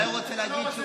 אולי הוא רוצה להגיד,